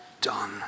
done